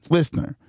Listener